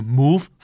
move